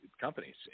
companies